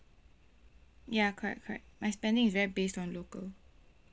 ya correct correct my spending is very based on local